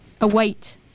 await